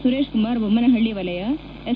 ಸುರೇಶ್ಕುಮಾರ್ ದೊಮ್ಮನಹಳ್ಳ ವಲಯ ಎಸ್